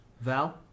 Val